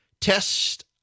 Test